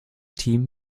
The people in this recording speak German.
team